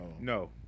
no